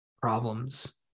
problems